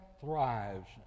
thrives